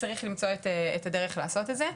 צריך למצוא את הדרך לעשות את זה.